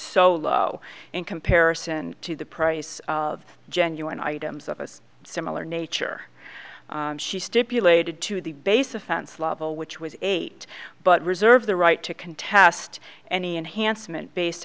so low in comparison to the price of genuine items of a similar nature she stipulated to the base offense level which was eight but reserve the right to contest any and handsome and based